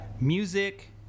Music